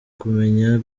kumenya